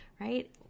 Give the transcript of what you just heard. right